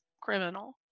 criminal